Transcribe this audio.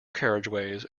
carriageways